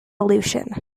illusion